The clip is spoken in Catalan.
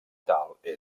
capital